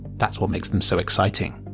that's what makes them so exciting.